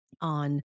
on